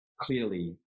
clearly